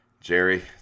Jerry